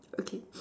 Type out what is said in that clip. okay